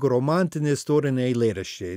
romantiniai istoriniai eilėraščiai